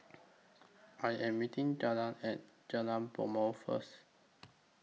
I Am meeting Delmar At Jalan Bumbong First